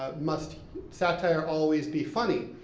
ah must satire always be funny,